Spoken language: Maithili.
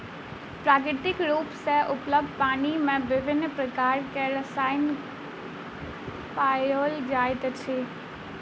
प्राकृतिक रूप सॅ उपलब्ध पानि मे विभिन्न प्रकारक रसायन पाओल जाइत अछि